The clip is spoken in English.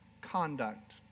conduct